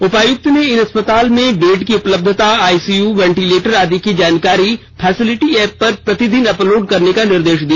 उपायुक्त ने इन अस्पतालों में बेड की उपलब्यता आइसीय वेंटिलेटर आदि की जानकारी फैसिलिटी एप पर प्रतिदिन अपलोड करने का निर्देश दिया